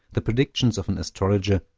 the predictions of an astrologer,